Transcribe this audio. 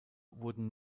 wurden